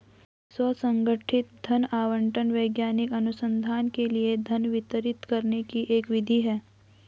स्व संगठित धन आवंटन वैज्ञानिक अनुसंधान के लिए धन वितरित करने की एक विधि है